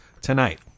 tonight